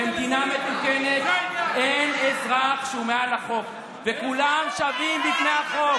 במדינה מתוקנת אין אזרח שהוא מעל חוק וכולם שווים בפני החוק.